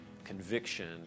conviction